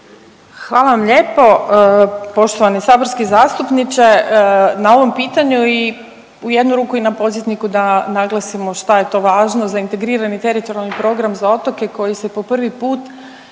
Hvala vam lijepo poštovani saborski zastupniče na ovom pitanju i u jednu ruku i na podsjetniku da naglasimo šta je to važno za integrirani teritorijalni program za otoke koji se po prvi put